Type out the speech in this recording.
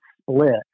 split